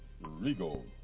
Regal